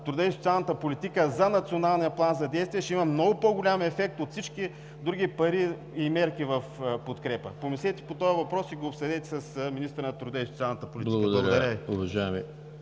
труда и социалната политика за Националния план за действие ще има много по-голям ефект от всички други пари и мерки в подкрепа. Помислете по този въпрос и го обсъдете с министъра на труда и социалната политика. Благодаря.